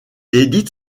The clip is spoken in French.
édite